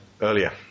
earlier